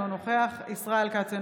אינו נוכח ישראל כץ,